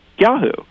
yahoo